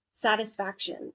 satisfaction